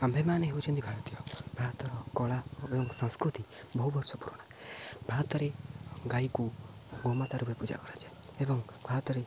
ଆମ୍ଭେମାନେ ହେଉଛନ୍ତି ଭାରତୀୟ ଭାରତର କଳା ଏବଂ ସଂସ୍କୃତି ବହୁ ବର୍ଷ ପୁରୁଣା ଭାରତରେ ଗାଈକୁ ଗୋମାତା ରୂପରେ ପୂଜା କରାଯାଏ ଏବଂ ଭାରତରେ